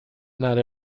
not